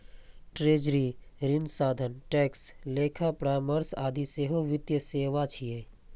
treasury, ऋण साधन, tax, लेखा परामर्श आदि सेहो वित्तीय सेवा छियै